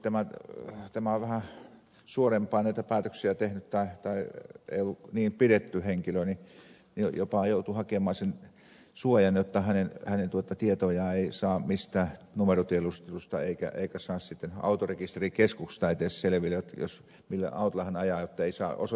ilmeisesti tämä toinen oli vähän suorempaan näitä päätöksiä tehnyt tai ei ollut niin pidetty henkilö ja jopa joutui hakemaan sen suojan jotta hänen tietojaan ei saa mistään numerotiedustelusta eikä saa edes autorekisterikeskuksesta selville millä autolla hän ajaa jottei saa osoitetta tietää